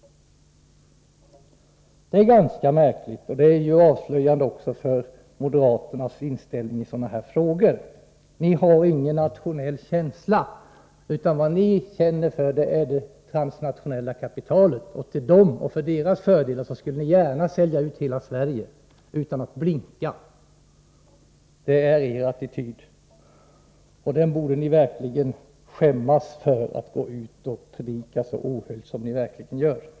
Detta är ganska märkligt och avslöjande för moderaternas inställning i den här frågan. Ni har ingen nationell känsla, utan vad ni känner för är det transnationella kapitalet, och till fördel för det skulle ni gärna sälja ut hela Sverige utan att blinka. Sådan är er attityd. Och detta borde ni verkligen skämmas för att gå ut och predika så ohöljt om som ni gör.